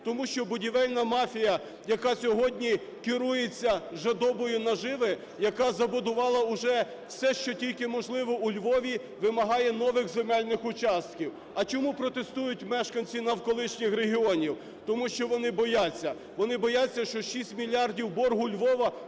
Тому що будівельна мафія, яка сьогодні керується жадобою наживи, яка забудувала уже все, що тільки можливо, у Львові, вимагає нових земельних участків. А чому протестують мешканці навколишніх регіонів? Тому що вони бояться. Вони бояться, що 6 мільярдів боргу Львова